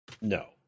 No